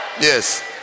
Yes